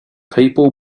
people